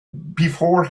before